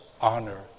honor